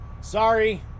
Sorry